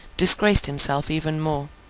disgraced himself even more.